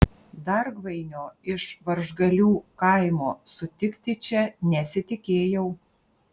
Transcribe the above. dargvainio iš varžgalių kaimo sutikti čia nesitikėjau